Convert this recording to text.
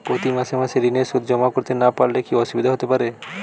প্রতি মাসে মাসে ঋণের সুদ জমা করতে না পারলে কি অসুবিধা হতে পারে?